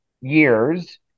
years